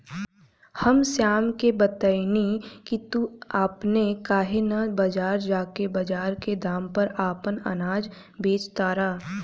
हम श्याम के बतएनी की तू अपने काहे ना बजार जा के बजार के दाम पर आपन अनाज बेच तारा